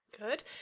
good